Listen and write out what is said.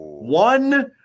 One